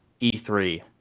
e3